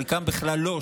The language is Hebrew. את חלקם בכלל לא,